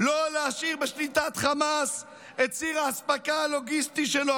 לא להשאיר בשליטת חמאס את ציר האספקה הלוגיסטי שלו,